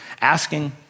asking